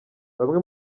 bamwe